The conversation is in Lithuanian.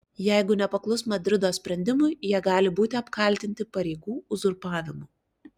jeigu nepaklus madrido sprendimui jie gali būti apkaltinti pareigų uzurpavimu